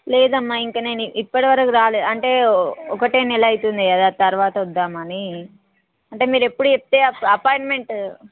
లేదమ్మా ఇంక నేను ఇప్పటివరకు రాలేదు అంటే ఒక నెల అవుతుంది కదా తర్వాత వద్దామని అంటే మీరు ఇప్పుడు చెప్తే అపాయింట్మెంట్